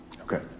Okay